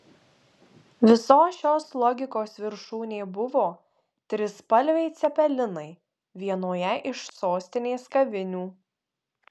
visos šios logikos viršūnė buvo trispalviai cepelinai vienoje iš sostinės kavinių